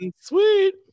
Sweet